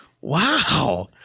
Wow